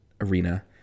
arena